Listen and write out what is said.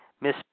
Miss